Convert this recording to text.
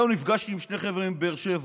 היום נפגשתי עם שני חבר'ה מבאר שבע,